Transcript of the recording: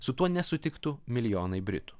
su tuo nesutiktų milijonai britų